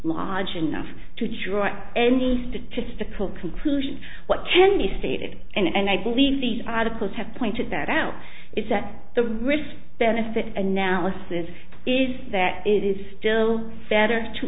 large enough to join any statistical conclusions what can be stated and i believe these articles have pointed that out is that the risk benefit analysis is that it is still better to